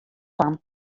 fan